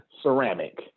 ceramic